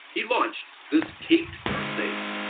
he launched this caped crusade.